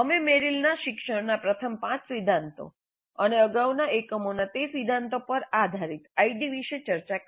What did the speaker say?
અમે મેરિલના શિક્ષણના પ્રથમ પાંચ સિદ્ધાંતો અને અગાઉના એકમના તે સિદ્ધાંતો પર આધારિત આઈડી વિશે ચર્ચા કરી